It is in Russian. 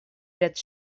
ряд